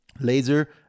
laser